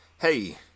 hey